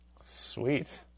Sweet